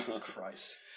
Christ